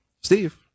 Steve